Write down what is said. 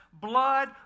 blood